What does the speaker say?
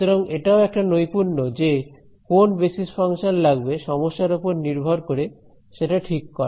সুতরাং এটাও একটা নৈপুণ্য যে কোন বেসিস ফাংশন লাগবে সমস্যার ওপর নির্ভর করে সেটা ঠিক করা